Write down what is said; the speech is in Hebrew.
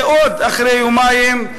ואחרי עוד יומיים,